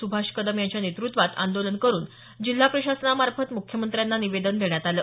सुभाष कदम यांच्या नेतुत्वात आंदोलन करून जिल्हा प्रशासनामार्फत मुख्यमंत्र्यांना निवेदन देण्यात आलं